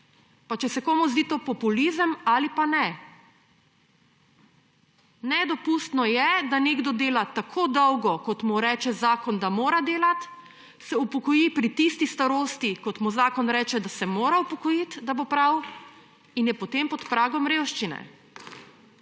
pa če se komu zdi to populizem ali pa ne. Nedopustno je, da nekdo dela tako dolgo, kot mu reče zakon, da mora delati, se upokoji pri tisti starosti, kot mu zakon reče, da se mora upokojiti, da bo prav; in je potem pod pragom revščine.